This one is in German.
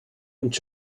und